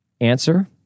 Answer